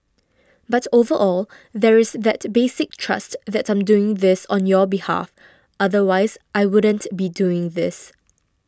but overall there is that basic trust that I'm doing this on your behalf otherwise I wouldn't be doing this